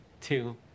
two